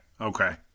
okay